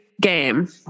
game